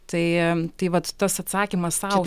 tai tai vat tas atsakymas sau